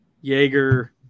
jaeger